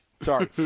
Sorry